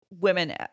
women